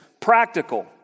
practical